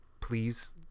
please